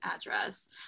address